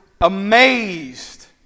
amazed